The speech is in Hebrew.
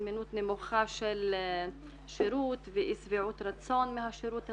זמינות נמוכה של שירות ואי שביעות רצון מהשירות הזה.